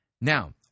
Now